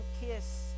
kiss